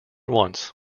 once